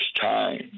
time